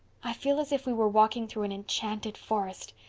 i feel as if we were walking through an enchanted forest,